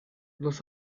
los